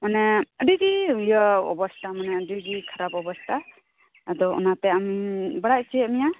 ᱢᱟᱱᱮ ᱟᱹᱰᱤ ᱜᱮᱤᱭᱟᱹ ᱚᱵᱚᱥᱛᱟ ᱢᱟᱱᱮ ᱟᱹᱰᱤᱜᱮ ᱠᱷᱟᱨᱟᱯ ᱚᱵᱚᱥᱛᱟ ᱟᱫᱚᱚᱱᱟᱛᱮ ᱟᱢ ᱵᱟᱲᱟᱭ ᱚᱪᱚᱭᱮᱫ ᱢᱮᱭᱟ